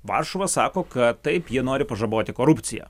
varšuva sako kad taip jie nori pažaboti korupciją